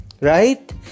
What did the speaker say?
right